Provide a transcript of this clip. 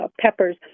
peppers